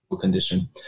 condition